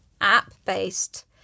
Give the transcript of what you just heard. app-based